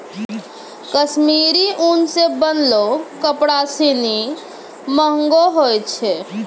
कश्मीरी उन सें बनलो कपड़ा सिनी महंगो होय छै